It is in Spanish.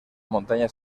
montaña